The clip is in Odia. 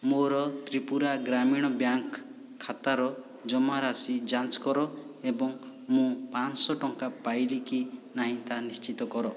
ମୋର ତ୍ରିପୁରା ଗ୍ରାମୀଣ ବ୍ୟାଙ୍କ ଖାତାର ଜମା ରାଶି ଯାଞ୍ଚ କର ଏବଂ ମୁଁ ପାଞ୍ଚଶହ ଟଙ୍କା ପାଇଲି କି ନାହିଁ ତାହା ନିଶ୍ଚିତ କର